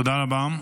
תודה רבה.